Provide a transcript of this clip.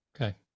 Okay